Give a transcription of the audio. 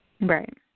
Right